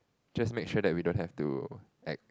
just make sure that we don't have to act